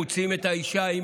מוציאים את האישה,